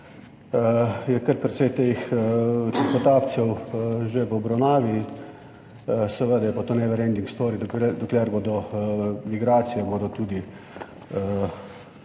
je, kar precej teh tihotapcev že v obravnavi. Seveda je pa to never ending story, dokler bodo migracije bodo tudi